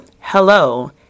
hello